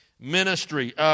Ministry